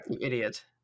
Idiot